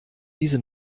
diese